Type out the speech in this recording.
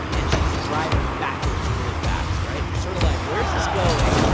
and she's driving backwards really fast, right? you're sort of like, where's this going?